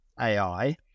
AI